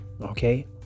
Okay